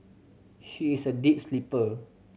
she is a deep sleeper